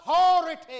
authority